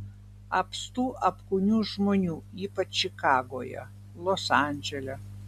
apstu apkūnių žmonių ypač čikagoje los andžele